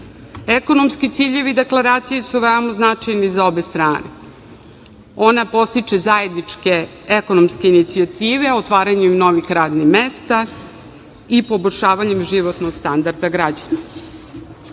Ekonomski ciljevi deklaracije su veoma značajni za obe strane. Ona podstiče zajedničke ekonomske inicijative, otvaranje novih radnih mesta i poboljšavanje životnog standarda